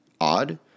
odd